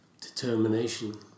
determination